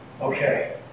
Okay